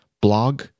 blog